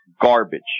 garbage